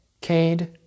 Cade